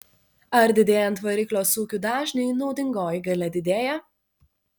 ar didėjant variklio sūkių dažniui naudingoji galia didėja